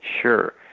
Sure